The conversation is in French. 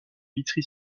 vitry